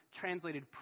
translated